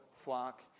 flock